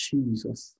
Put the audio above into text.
Jesus